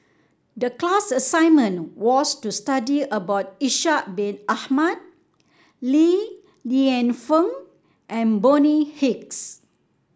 the class assignment was to study about Ishak Bin Ahmad Li Lienfung and Bonny Hicks